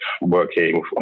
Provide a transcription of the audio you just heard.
working